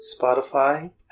Spotify